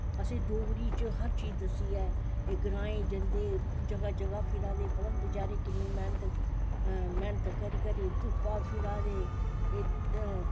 असैं डोगरी च हर चीज़ दस्सी ऐ एह् जगाह् जगाह् जंदे बचैरें पता नी किन्नी मैह्नत करी करी धुप्पा फिरा दे एह्